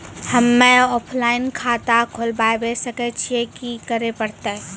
हम्मे ऑफलाइन खाता खोलबावे सकय छियै, की करे परतै?